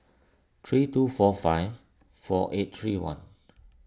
three two four five four eight three one